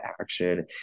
action